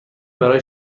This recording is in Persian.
برای